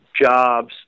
jobs